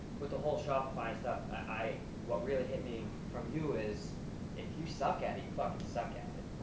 with the whole shopify stuff i, what really hit me from you is if you suck at it, you fuckin' suck at it,